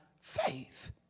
faith